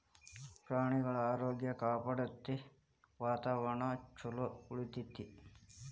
ಪ್ರಾಣಿಗಳ ಆರೋಗ್ಯ ಕಾಪಾಡತತಿ, ವಾತಾವರಣಾ ಚುಲೊ ಉಳಿತೆತಿ